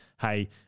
hey